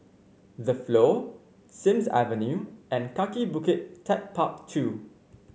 The Flow Sims Avenue and Kaki Bukit TechparK Two